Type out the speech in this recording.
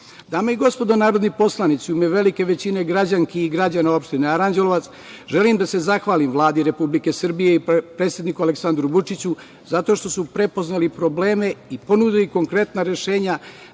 i gospodo narodni poslanici, u ime velike većine građanki i građana opštine Aranđelovac želim da se zahvalim Vladi Republike Srbije i predsedniku Aleksandru Vučiću zato što su prepoznali probleme i ponudili konkretna rešenja